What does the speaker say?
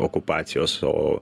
okupacijos o